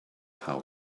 how